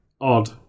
odd